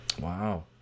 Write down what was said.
Wow